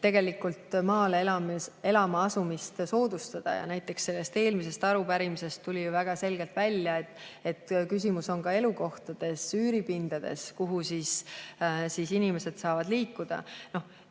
peale, et maale elama asumist soodustada. Näiteks tuli eelmisest arupärimisest väga selgelt välja, et küsimus on ka elukohtades, üüripindades, kuhu inimesed saavad liikuda.